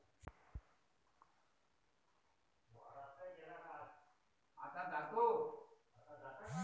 लाल्या रोगासाठी कोनचं खत टाका लागन?